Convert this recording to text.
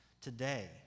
today